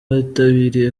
bitabiriye